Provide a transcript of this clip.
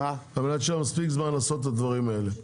אבל יש לנו מספיק זמן לעשות את הדברים האלה.